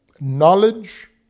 knowledge